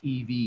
EV